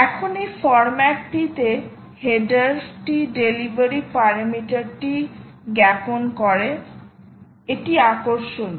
এখন এই ফর্ম্যাটটি তে হেডারটি ডেলিভারি প্যারামিটারটি জ্ঞাপন করে এটি আকর্ষণীয়